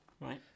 Right